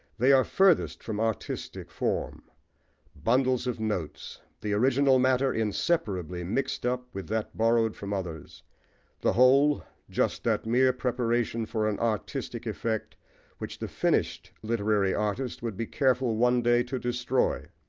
they are furthest from artistic form bundles of notes the original matter inseparably mixed up with that borrowed from others the whole, just that mere preparation for an artistic effect which the finished literary artist would be careful one day to destroy.